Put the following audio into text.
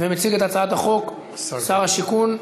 ברשות יושב-ראש הישיבה,